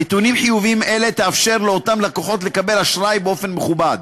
נתונים חיוביים אלה יאפשרו לאותם לקוחות לקבל אשראי באופן מכובד,